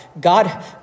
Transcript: God